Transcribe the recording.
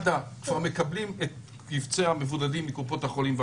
מד"א כבר מקבלים את קבצי המבודדים מקופות החולים.